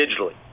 digitally